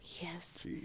Yes